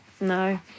no